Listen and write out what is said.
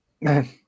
man